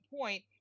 point